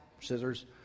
scissors